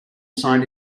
sign